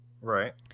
Right